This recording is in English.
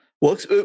works